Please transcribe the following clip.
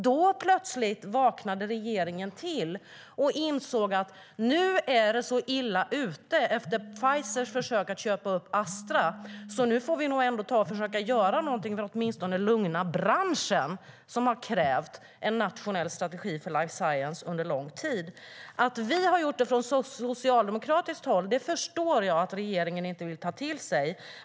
Då vaknade regeringen plötsligt till och insåg att man var illa ute efter Pfizers försök att köpa upp Astra och att man måste försöka lugna branschen, som har krävt en nationell strategi för life science under lång tid. Att vi har krävt detta från socialdemokratiskt håll förstår jag att regeringen inte vill ta till sig.